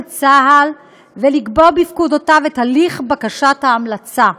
צה"ל ולקבוע בפקודותיו את הליך בקשת ההמלצה.